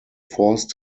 force